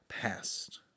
past